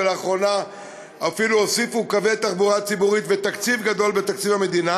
ולאחרונה אפילו הוסיפו קווי תחבורה ציבורית ותקציב גדול בתקציב המדינה.